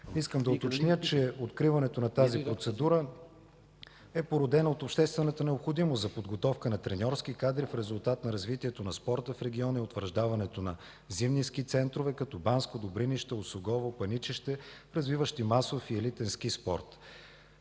Искам да уточня, че откриването на тази процедура е породено от обществената необходимост за подготовка на треньорски кадри в резултат на развитието на спорта в региона и утвърждаването на зимни ски центрове като Банско, Добринище, Осогово, Паничище, развиващи масов и елитен ски спорт,